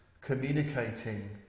communicating